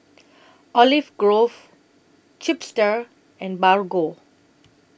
Olive Grove Chipster and Bargo